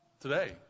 today